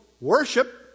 worship